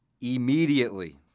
immediately